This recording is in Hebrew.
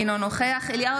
אינו נוכח אליהו